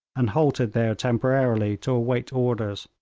and halted there temporarily to await orders.